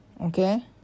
Okay